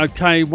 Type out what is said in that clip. Okay